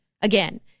again